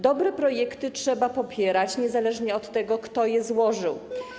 Dobre projekty trzeba popierać niezależnie od tego, kto je złożył.